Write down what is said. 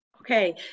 Okay